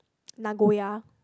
Nagoya